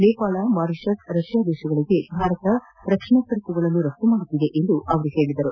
Nepal Mauritius ರಷ್ಟಾ ದೇಶಗಳಿಗೆ ಭಾರತ ರಕ್ಷಣಾ ಸರಕುಗಳನ್ನು ರಫ್ತು ಮಾಡುತ್ತಿದೆ ಎಂದರು